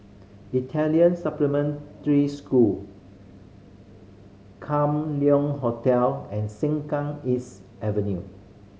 Italian Supplementary School Kam Liong Hotel and Sengkang East Avenue